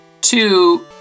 Two